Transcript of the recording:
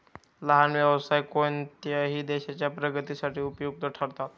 लहान व्यवसाय कोणत्याही देशाच्या प्रगतीसाठी उपयुक्त ठरतात